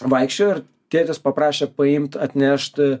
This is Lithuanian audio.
vaikščiojo ir tėtis paprašė paimt atnešt